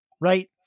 Right